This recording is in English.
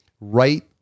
right